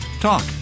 Talk